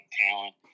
talent